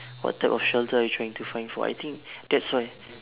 what type of shelter are you trying to find for I think that's why